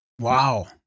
Wow